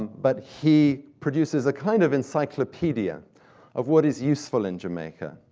but he produces a kind of encyclopedia of what is useful in jamaica,